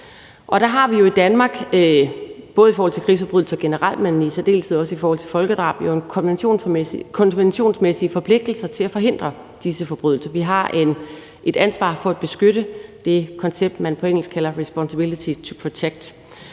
i Danmark både i forhold til krigsforbrydelser generelt, men i særdeleshed også i forhold til folkedrab konventionsmæssige forpligtelser til at forhindre disse forbrydelser. Vi har et ansvar for at beskytte det koncept, man på engelsk kalder responsibility to protect,